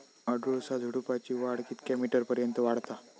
अडुळसा झुडूपाची वाढ कितक्या मीटर पर्यंत वाढता?